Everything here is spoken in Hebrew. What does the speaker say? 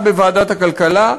הדיון המעמיק שנעשה בוועדת הכלכלה,